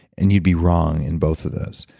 and you'd be wrong in both of those.